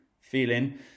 feeling